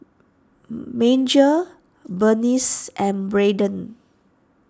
Major Berniece and Brayden